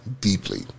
deeply